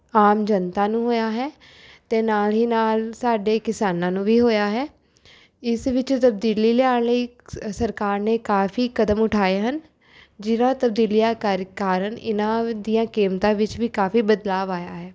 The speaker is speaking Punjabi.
ਆਮ ਜਨਤਾ ਨੂੰ ਹੋਇਆ ਹੈ ਅਤੇ ਨਾਲ ਹੀ ਨਾਲ ਸਾਡੇ ਕਿਸਾਨਾਂ ਨੂੰ ਵੀ ਹੋਇਆ ਹੈ ਇਸ ਵਿੱਚ ਤਬਦੀਲੀ ਲਿਆਉਣ ਲਈ ਸ ਸਰਕਾਰ ਨੇ ਕਾਫ਼ੀ ਕਦਮ ਉਠਾਏ ਹਨ ਜਿਨ੍ਹਾਂ ਤਬਦੀਲੀਆਂ ਕਰ ਕਾਰਨ ਇਹਨਾਂ ਦੀਆਂ ਕੀਮਤਾਂ ਵਿੱਚ ਵੀ ਕਾਫ਼ੀ ਬਦਲਾਵ ਆਇਆ ਹੈ